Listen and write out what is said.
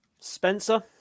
Spencer